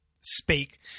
speak